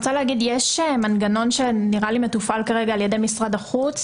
יש מנגנון שנראה לי מתופעל כרגע על ידי משרד החוץ,